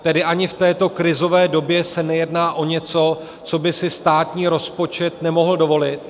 Tedy ani v této krizové době se nejedná o něco, co by si státní rozpočet nemohl dovolit.